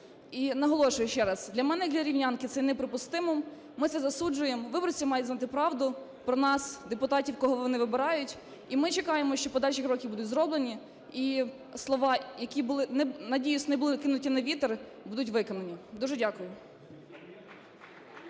І наголошую ще раз, для мене як для рівнянки це є неприпустимим. Ми це засуджуємо. Виборці мають знати правду про нас, депутатів, кого вони вибирають. І ми чекаємо, що подальші кроки будуть зроблені. І слова, які, надіюсь, не були кинуті на вітер, будуть виконані. Дуже дякую.